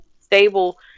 stable